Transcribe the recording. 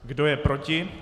Kdo je proti?